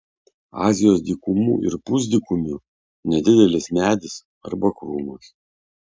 azijos dykumų ir pusdykumių nedidelis medis arba krūmas